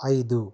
ಐದು